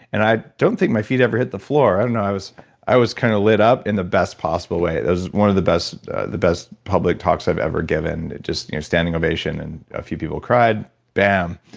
and i don't think my feet ever hit the floor. i don't know. i was i was kind of lit up in the best possible way. it it was one of the best the best public talks i've ever given. it was just a standing ovation, and a few people cried. bam,